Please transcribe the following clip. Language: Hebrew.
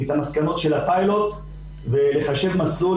לבצע פיילוט לקיום הסדר מקרקעין בכמה איסורים.